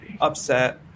upset